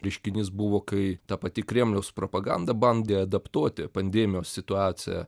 reiškinys buvo kai ta pati kremliaus propaganda bandė adaptuoti pandemijos situaciją